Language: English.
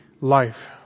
life